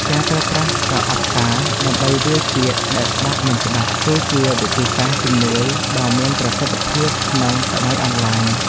ការប្រើប្រាស់ប្រអប់សារ ដើម្បីវាយពាក្យដែលស្ដាប់មិនច្បាស់ គឺជាវិធីសាស្ត្រជំនួយដ៏មានប្រសិទ្ធភាពក្នុងសម័យអនឡាញ។